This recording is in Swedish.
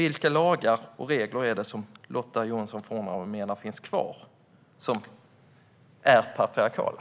Vilka lagar och regler är det som Lotta Johnsson Fornarve menar finns kvar som är patriarkala?